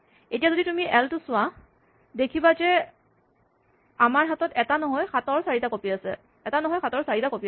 এতিয়া যদি তুমি এল টো চোৱা তুমি দেখিবা যে আমাৰ হাতত এটা নহয় ৭ ৰ চাৰিটা কপি আছে